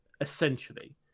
essentially